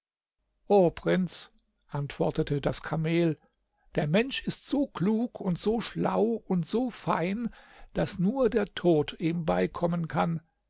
o prinz antwortete das kamel der mensch ist so klug und so schlau und so fein daß nur der tod ihm beikommen kann